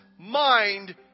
mind